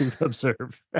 Observe